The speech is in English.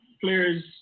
players